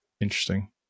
interesting